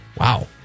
Wow